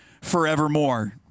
forevermore